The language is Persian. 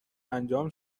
انجام